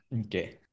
Okay